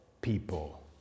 people